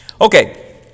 Okay